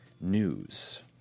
News